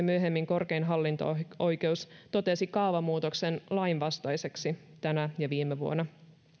myöhemmin korkein hallinto oikeus totesivat kaavamuutoksen lainvastaiseksi tänä ja viime vuonna